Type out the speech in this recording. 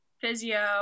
physio